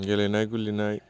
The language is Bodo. गेलेनाय गुलेनाय